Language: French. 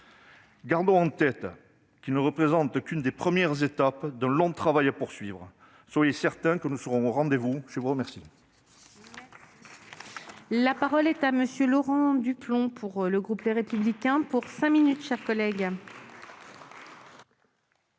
Gardons en tête qu'il ne représente que l'une des premières étapes d'un long travail à poursuivre. Soyez certains que nous serons au rendez-vous ! La parole